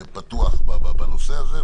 שיוכלו לספר איך אנחנו פוגשים את הנושא הזה.